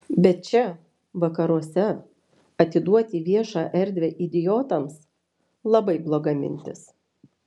bet čia vakaruose atiduoti viešą erdvę idiotams labai bloga mintis